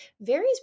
varies